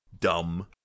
dumb